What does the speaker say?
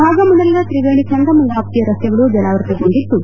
ಭಾಗಮಂಡಲದ ತ್ರಿವೇಣಿ ಸಂಗಮ ವ್ಯಾಪ್ತಿಯ ರಸ್ತೆಗಳು ಜಲಾವೃತಗೊಂಡಿದ್ದು